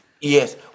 Yes